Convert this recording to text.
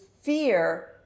fear